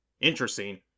Interesting